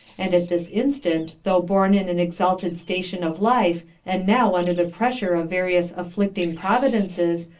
and at this instant, though born in an exalted station of life, and now under the pressure of various afflicting providences,